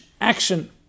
action